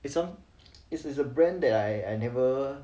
it some is is a brand that I I never